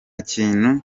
kindi